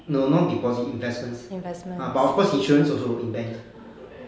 no not deposit investments ah but of course insurance also in banks ah